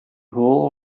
pool